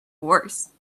worse